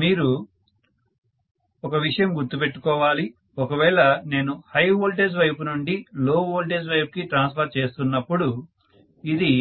మీరు ఒక విషయం గుర్తు పెట్టుకోవాలి ఒకవేళ నేను హై వోల్టేజ్ వైపు నుండి లో వోల్టేజ్ వైపుకి ట్రాన్సఫర్ చేస్తున్నపుడు ఇది